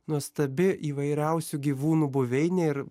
nuostabi įvairiausių gyvūnų buveinė ir